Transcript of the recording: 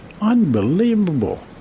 unbelievable